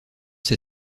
ces